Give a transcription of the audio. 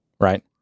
right